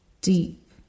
deep